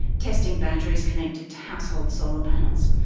testing batteries connected to household solar panels.